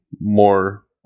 more